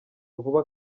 vuba